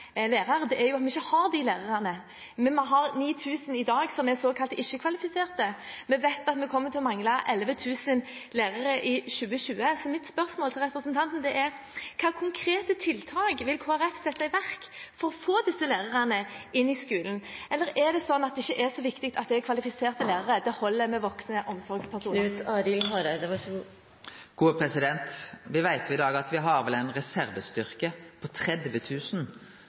lærer er at vi ikke har de lærerne. Vi har i dag 9 000 som er såkalt ikke-kvalifiserte, og vi vet at vi kommer til å mangle 11 000 lærere i 2020. Så mitt spørsmål til representanten er: Hvilke konkrete tiltak vil Kristelig Folkeparti sette i verk for å få disse lærerne inn i skolen? Eller er det ikke så viktig at det er kvalifiserte lærere – holder det med voksne omsorgspersoner? Me veit at me i dag har ein reservestyrke på